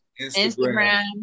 Instagram